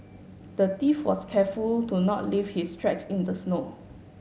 the thief was careful to not leave his tracks in the snow